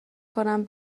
کنم